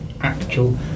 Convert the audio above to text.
actual